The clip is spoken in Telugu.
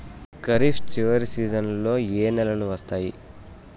ఖరీఫ్ చివరి సీజన్లలో ఏ నెలలు వస్తాయి?